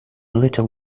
little